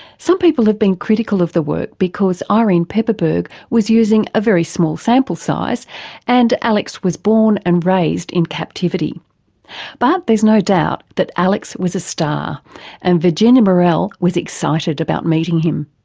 some people have been critical of the work because ah irene pepperberg was using a very small sample size and alex was born and raised in captivity but there's no doubt that alex was a star and virginia morell was excited about meeting him.